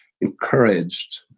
encouraged